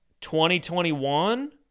2021